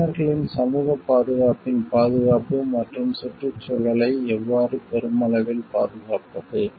பயனர்களின் சமூகப் பாதுகாப்பின் பாதுகாப்பு மற்றும் சுற்றுச்சூழலை எவ்வாறு பெருமளவில் பாதுகாப்பது